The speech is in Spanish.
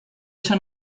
esa